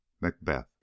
Macbeth